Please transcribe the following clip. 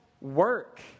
work